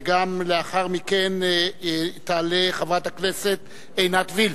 ולאחר מכן תעלה חברת הכנסת עינת וילף.